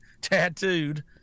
tattooed